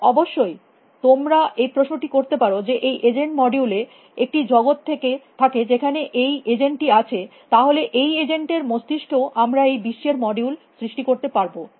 এবং অবশ্যই তোমরা এই প্রশ্নটি করতে পারো যে এই এজেন্ট মডিউলে একটি জগত থাকে যেখানে এই এজেন্ট টি আছে তাহলে এই এজেন্ট এর মস্তিস্কেও আমরা এই বিশ্বের মডিউল সৃষ্টি করতে পারব